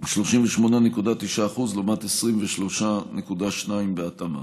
38.9% לעומת 23.2% בהתאמה.